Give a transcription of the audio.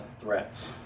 threats